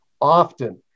often